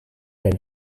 dan